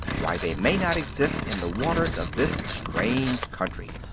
why they may not exist in the waters of this strange country.